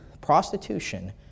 prostitution